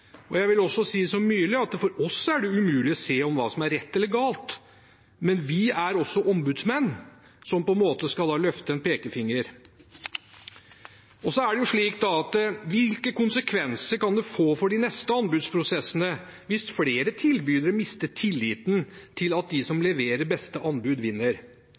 evaluering. Jeg vil også si som Myrli at for oss er det umulig å se hva som er rett eller galt. Men vi er også ombudsmenn, som på en måte skal løfte en pekefinger. Og hvilke konsekvenser kan det få for de neste anbudsprosessene hvis flere tilbydere mister tilliten til at de som leverer beste anbud, vinner?